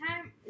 time